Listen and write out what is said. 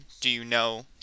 do-you-know